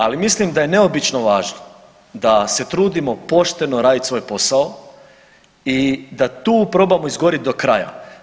Ali mislim da je neobično važno da se trudimo pošteno raditi svoj posao i da tu probamo izgorjeti do kraja.